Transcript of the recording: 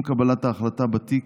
עם קבלת ההחלטה בתיק,